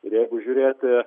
ir jeigu žiūrėti